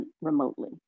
remotely